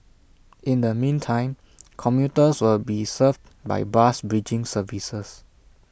in the meantime commuters will be served by bus bridging services